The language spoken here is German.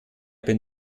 bin